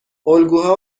الگوها